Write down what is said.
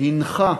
הנחה